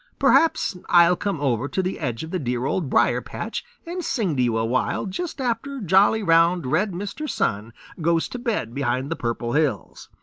perhaps i'll come over to the edge of the dear old briar-patch and sing to you a while just after jolly, round, red mr. sun goes to bed behind the purple hills.